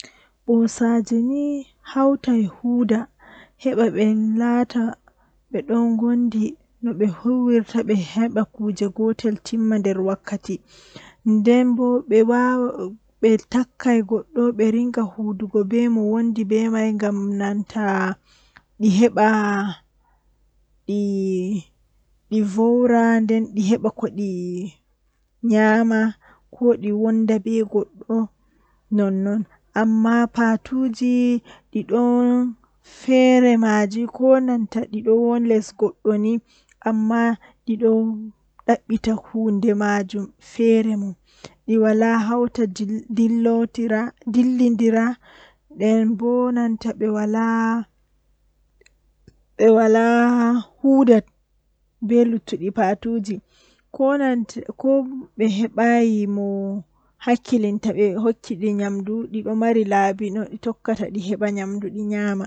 Eh mi eman ɓe ɗume onni ɓe waɗi jei mawnini ɓe haa ɓe yotti Mangu jei ɓe woni jonta. Do ko wadi mi emata ɓe bo ngam mi naftira be man tomi laari goɗɗo feere ɗon mari haaje mauna warta goɗɗo feere miviya nda ko waine waine yecci am waɗiri anfu miɗon yi'a to anaftiri be dabareeji man awawan aheɓa ko ayiɗi.